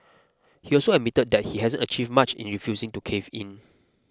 he also admitted that he hasn't achieved much in refusing to cave in